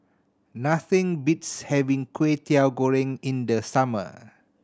nothing beats having Kway Teow Goreng in the summer